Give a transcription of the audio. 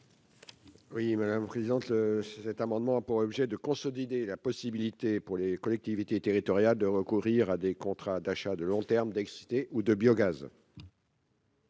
à M. Daniel Gremillet. Cet amendement a pour objet de consolider la possibilité pour les collectivités territoriales de recourir à des contrats d'achat de long terme d'électricité ou de biogaz.